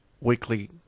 weekly